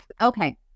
Okay